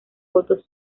votos